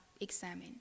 examine